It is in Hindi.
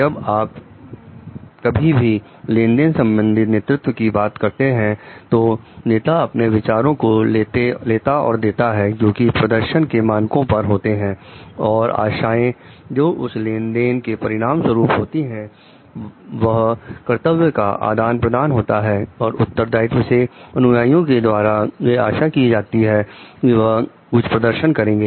जब आप जब कभी भी लेनदेन संबंधित नेतृत्व की बात करते हैं तो नेता अपने विचारों को लेता और देता है जोकि प्रदर्शन के मानकों पर होते हैं और आशाएं जो उस लेनदेन के परिणाम स्वरूप होती हैं वह कर्तव्य का आदान प्रदान होता है और उत्तरदायित्व से अनुयायियों के द्वारा यह आशा की जाती है कि वह कुछ प्रदर्शन करेंगे